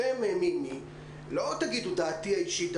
אתם, מימי, לא תגידו דעה אישית.